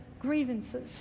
grievances